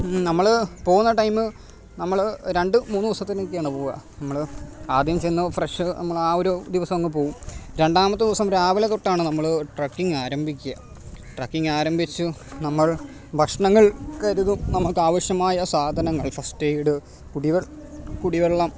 നമ്മൾ പോകുന്ന ടൈമ് നമ്മൾ രണ്ട് മൂന്ന് ദിവസത്തിനൊക്കെയാണ് പോവുക നമ്മൾ ആദ്യം ചെന്ന് ഫ്രഷ് നമ്മള് ആ ഒരു ദിവസം അങ്ങ് പോകും രണ്ടാമത്തെ ദിവസം രാവിലെ തൊട്ടാണ് നമ്മൾ ട്രക്കിങ്ങാരംഭിക്കുക ട്രക്കിങ്ങാരംഭിച്ചു നമ്മള് ഭക്ഷണങ്ങള് കരുതും നമുക്ക് ആവശ്യമായ സാധനങ്ങള് ഫസ്റ്റെട് കുടിവെള്ളം കുടിവെള്ളം